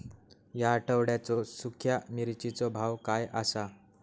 या आठवड्याचो सुख्या मिर्चीचो भाव काय आसा?